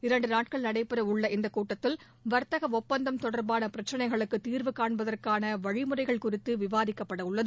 இரண்டு நாட்கள் நடைபெற உள்ள இந்த கூட்டத்தில் வாத்தக ஒப்பந்தம் தொடா்பாள பிரச்சனைகளுக்கு தீர்வுகாண்பதற்கான வழிமுறைகள் குறித்து விவாதிக்கப்பட உள்ளது